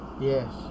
yes